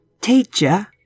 Teacher